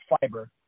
fiber